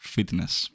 Fitness